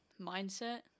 mindset